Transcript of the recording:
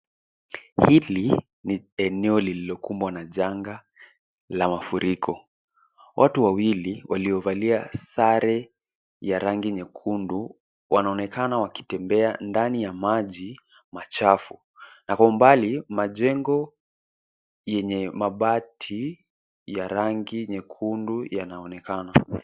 Hili, ni eneo lililokumbwa na janga, la mafuriko. Watu wawili, waliovalia sare ya rangi nyekundu, wanaonekana wakitembea ndani ya maji, machafu. Na kwa mbali, majengo yenye mabati ya rangi nyekundu yanayoonekana.